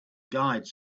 guides